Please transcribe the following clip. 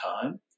time